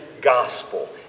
gospel